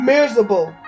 Miserable